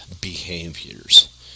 behaviors